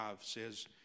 says